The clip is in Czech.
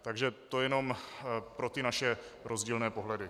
Takže to jenom pro naše rozdílné pohledy.